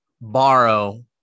borrow